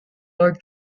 lord